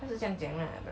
他是这样讲 lah but